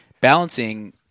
balancing